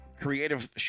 creative